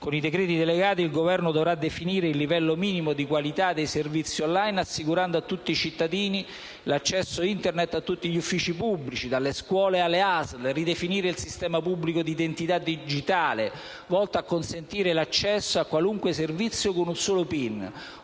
Con i decreti delegati il Governo dovrà definire il livello minimo di qualità dei servizi *on line* assicurando a tutti i cittadini l'accesso Internet a tutti gli uffici pubblici, dalle scuole alle ASL; ridefinire il sistema pubblico di identità digitale volto a consentire l'accesso a qualunque servizio con un solo PIN,